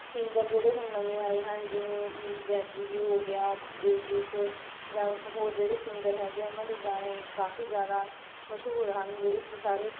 singer ਜਿਹੜੇ ਹੁਣ ਨਵੇਂ ਆਏ ਹਨ ਜਿਵੇਂ ਜੈਜੀ ਬੀ ਹੋ ਗਿਆ ਦਿਲਜੀਤ ਜਾਂ ਹੋਰ ਜਿਹੜੇ ਸਿੰਗਰ ਹੈਗੇ ਆ ਉਹਨਾਂ ਦੇ ਗਾਣੇ ਕਾਫ਼ੀ ਜ਼ਿਆਦਾ ਮਸ਼ਹੂਰ ਹਨ ਜਿਹੜੇ ਕਿ ਸਾਰੇ